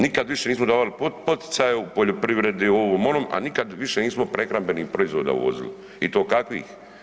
Nikad više nismo davali poticaja u poljoprivredi, ovom, onom, a nikad više nismo prehrambenih proizvoda uvozili i to kakvih.